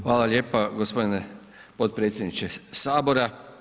Hvala lijepa gospodine potpredsjedniče sabora.